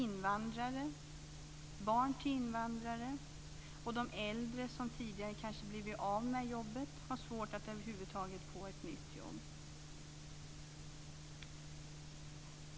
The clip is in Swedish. Invandrare, barn till invandrare och de äldre som tidigare kanske blivit av med jobbet har svårt att över huvud taget få ett nytt jobb.